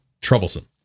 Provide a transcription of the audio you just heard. troublesome